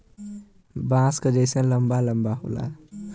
बाँस क जैसन लंबा लम्बा होला